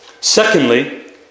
Secondly